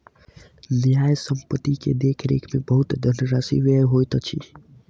न्यास संपत्ति के देख रेख में बहुत धनराशि व्यय होइत अछि